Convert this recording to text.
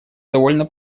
довольно